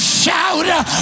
shout